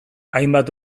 hainbat